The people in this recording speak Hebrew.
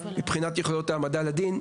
מבחינת יכולות ההעמדה לדין,